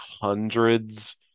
hundreds